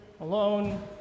alone